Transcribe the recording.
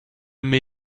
mir